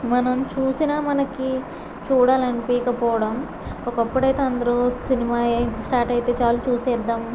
మనం చూసినా మనకి చూడాలనిపీకపోవడం ఒక్కప్పుడైతే అందరు సినిమా ఏది స్టార్ట్ అయితే చాలు చూసేద్దాం